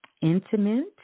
intimate